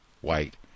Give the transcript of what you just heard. white